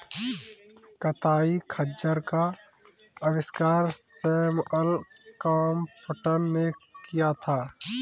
कताई खच्चर का आविष्कार सैमुअल क्रॉम्पटन ने किया था